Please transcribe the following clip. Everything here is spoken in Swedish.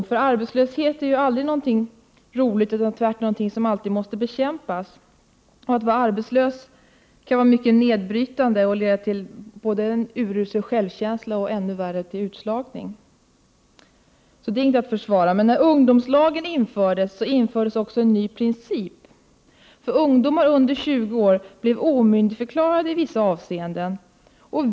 Arbetslöshet är aldrig någonting roligt utan tvärtom någonting som alltid måste bekämpas. Att vara arbetslös kan vara mycket nedbrytande och leda både till urusel självkänsla och — ännu värre — utslagning, så det är inget att försvara. Men när ungdomslagen kom till infördes också en ny princip, för ungdomarna under 20 år blev omyndigförklarade i vissa avseenden.